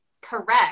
correct